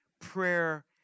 prayer